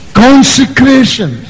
consecration